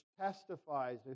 testifies